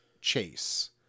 chase